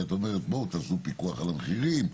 כי את קוראת לעשות פיקוח על המחירים,